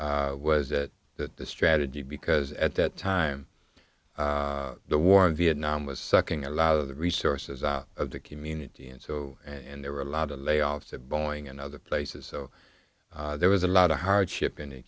was it that the strategy because at that time the war in vietnam was sucking a lot of the resources out of the community and so and there were a lot of layoffs at boeing and other places so there was a lot of hardship